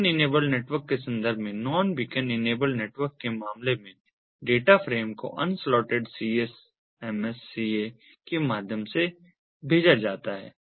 beacon enabled network के संदर्भ में नॉन बीकन इनेबल्ड नेटवर्क के मामले में डेटा फ्रेम को अन स्लॉटेड CSMS CA के माध्यम से भेजा जाता है